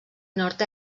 nord